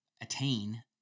attain